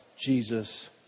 Jesus